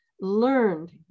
learned